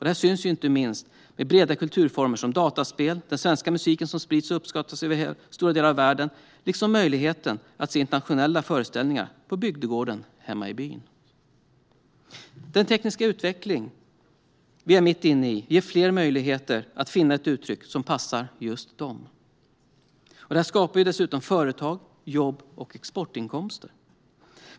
Detta syns inte minst med breda kulturformer som dataspel, den svenska musiken som sprids och uppskattas i stora delar av världen och möjligheten att se internationella föreställningar på bygdegården hemma i byn. Den tekniska utveckling vi är mitt inne i ger fler möjlighet att finna ett uttryck som passar just dem. Det skapar dessutom företag, jobb och exportinkomster.